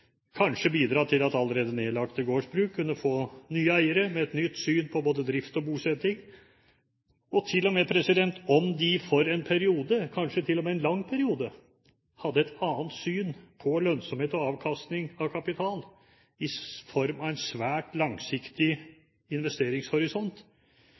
kanskje bidra til at allerede nedlagte gårdsbruk kan få nye eiere med nytt syn på både drift og bosetting. Om de for en periode, kanskje til og med en lang periode, hadde et annet syn på lønnsomhet og avkastning av kapital i form av en svært